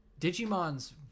Digimon's